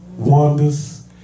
Wonders